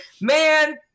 Man